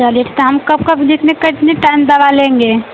चलिए शाम कब कब दिन में कितने टाइम दवा लेंगे